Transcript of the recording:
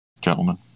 gentlemen